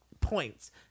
points